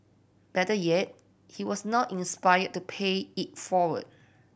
better yet he was now inspired to pay it forward